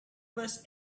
was